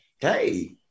hey